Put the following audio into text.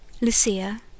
Lucia